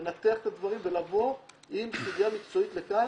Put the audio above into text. לנתח את הדברים ולבוא עם סוגיה מקצועית לכאן.